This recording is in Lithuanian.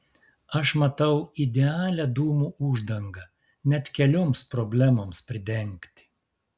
aš matau idealią dūmų uždangą net kelioms problemoms pridengti